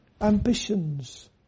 ambitions